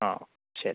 ആ ശരി